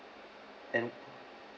and